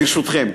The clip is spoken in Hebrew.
ברשותכם,